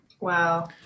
Wow